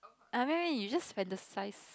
I meant you just fantasize